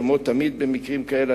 כמו תמיד במקרים כאלה,